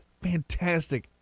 fantastic